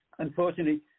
Unfortunately